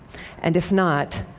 and if not,